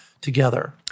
together